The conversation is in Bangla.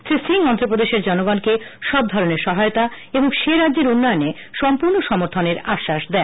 শ্রী সিং অন্ধপ্রদেশের জনগণকে সবধরনের সহায়তা ও সে রাজ্যের উগ্নয়নে সম্পূর্ণ সমর্থনের আশ্বাস দেন